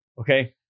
okay